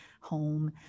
home